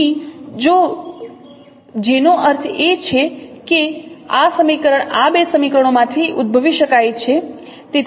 તેથી જેનો અર્થ છે કે આ સમીકરણ આ બે સમીકરણોમાંથી ઉદ્ભવી શકાય છે